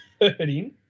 hurting